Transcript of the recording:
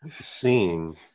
seeing